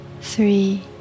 three